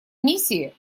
миссии